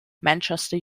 manchester